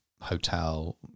hotel